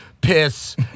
piss